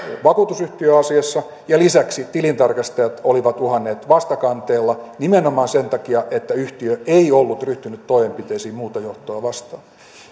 vakuutusyhtiöasiassa ja lisäksi tilintarkastajat olivat uhanneet vastakanteella nimenomaan sen takia että yhtiö ei ollut ryhtynyt toimenpiteisiin muuta johtoa vastaan